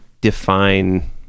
define